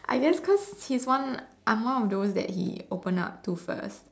I guess cause he's one I'm one of the ones he open up to first